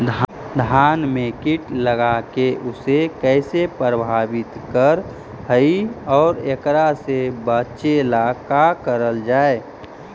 धान में कीट लगके उसे कैसे प्रभावित कर हई और एकरा से बचेला का करल जाए?